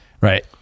Right